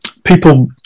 people